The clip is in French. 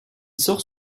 sort